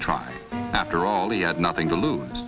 a try after all he had nothing to lose